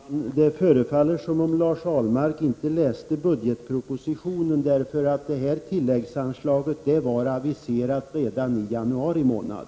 Herr talman! Det förefaller som om Lars Ahlmark inte har läst budgetpropositionen. Detta tilläggsanslag var nämligen aviserat redan i januari månad.